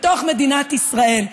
בתוך מדינת ישראל,